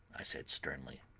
i said sternly,